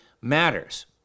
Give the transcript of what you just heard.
matters